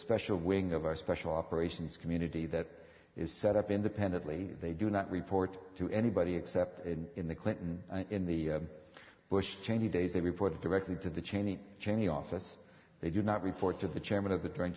special wing of our special operations community that is set up independently they do not report to anybody except in the clinton in the bush cheney days they report directly to the cheney cheney office they do not report to the chairman of the